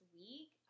week